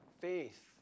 faith